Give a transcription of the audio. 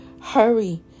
hurry